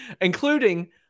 including